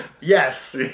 Yes